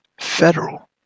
federal